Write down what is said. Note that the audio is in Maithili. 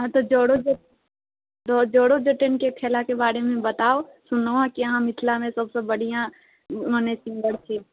हँ तऽ जटो जटिन जटो जटिनके खेलाके बारेमे बताउ सुननहुँ हँ कि आहाँ मिथलामे सबसँ बढ़िआँ ओहने सिंगर छी